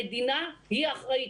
המדינה היא אחראית.